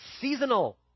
seasonal